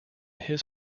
his